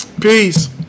Peace